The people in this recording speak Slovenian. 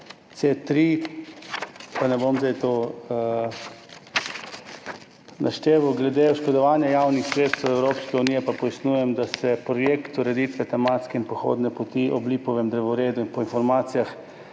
C3, pa ne bom zdaj tega našteval. Glede oškodovanja javnih sredstev Evropske unije pa pojasnjujem, da se projekt ureditve tematske in pohodne poti ob lipovem drevoredu po informacijah,